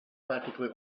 practically